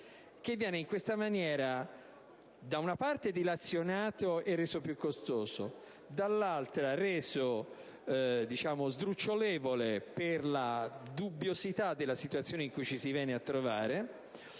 che viene in questa maniera, da una parte, dilazionato e reso più costoso e, dall'altra, reso sdrucciolevole per la dubbiosità della situazione in cui ci si viene a trovare.